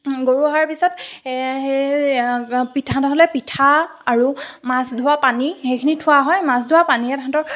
গৰু অহাৰ পিছত পিঠা নহ'লে পিঠা আৰু মাছ ধোৱা পানী সেইখিনি থোৱা হয় মাছ ধোৱা পানী সেইখিনি থোৱা হয় মাছ ধোৱা পানীৰে তাহাঁতৰ